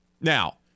Now